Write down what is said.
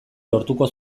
lortuko